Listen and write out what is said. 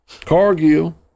Cargill